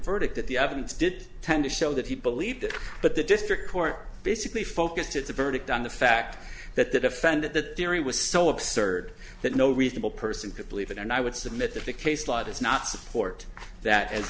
verdict that the evidence did tend to show that he believed it but the district court basically focused its a verdict on the fact that the defendant the theory was so absurd that no reasonable person could believe it and i would submit that the case law does not support that as